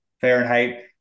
fahrenheit